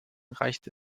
reichte